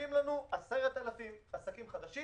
נוספים לנו 10,000 עסקים חדשים.